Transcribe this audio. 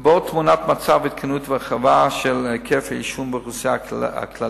ובו תמונת מצב עדכנית ורחבה של היקף העישון באוכלוסייה הכללית,